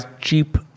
cheap